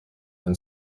and